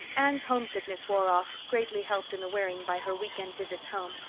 anne's homesickness wore off, greatly helped in the wearing by her weekend visits home.